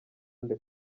nde